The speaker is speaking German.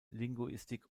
linguistik